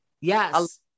Yes